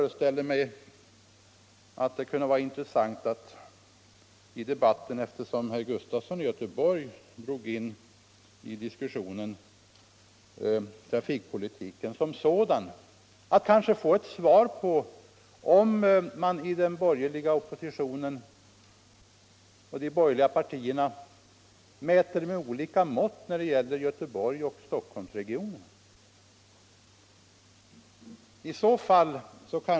Eftersom herr Gustafson i Göteborg i diskussionen drog in trafikpolitiken som sådan föreställer jag mig att det kunde vara intressant att få svar på frågan om man inom de borgerliga partierna mäter med olika mått när det gäller Göteborgsoch Stockholmsregionerna.